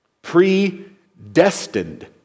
Predestined